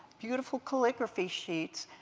beautiful calligraphy sheets.